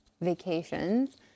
vacations